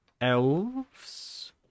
elves